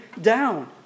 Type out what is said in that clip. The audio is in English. down